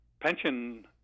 pension